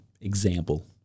example